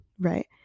right